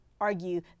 argue